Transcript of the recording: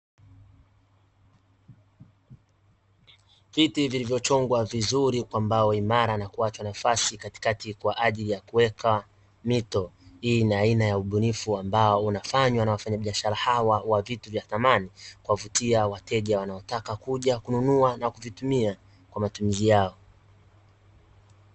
Viti vilivyochongwa vizuri kwa mbao imara na kuachwa nafasi katikati kwa ajili ya kuweka mito, hii ni aina ya ubunifu ambao unafanywa na wafanyabiashara hawa wa vitu vya samani kuwavutia wateja wanaotaka kuja kununua na kuvitumia kwa ajili ya matumizi yao.